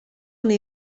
una